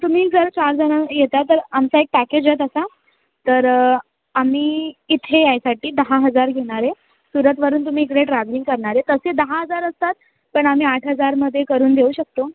तुम्ही जर चार जणं येता तर आमचा एक पॅकेज आहे तसा तर आम्ही इथे यायसाठी दहा हजार घेणार आहे सुरतवरून तुम्ही इकडे ट्रॅवलिंग करणार आहे तसे दहा हजार असतात पण आम्ही आठ हजारमध्ये करून देऊ शकतो